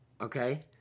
okay